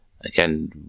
again